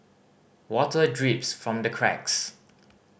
water drips from the cracks